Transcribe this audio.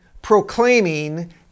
proclaiming